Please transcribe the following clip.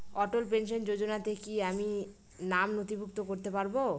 অটল pension যোজনাতে কি আমি নাম নথিভুক্ত করতে পারবো?